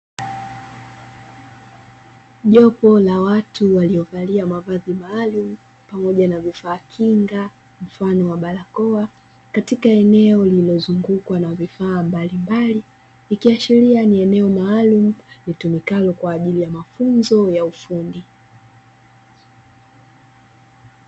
Jopo la watu waliovalia mavazi maalumu pamoja na vifaa kinga mfano wa barakoa, katika eneo lililozungukwa na vifaa mbalimbali ikiashiria kuwa ni eneo maalumu linalotumika kwa ajili ya mafunzo ya ufundi.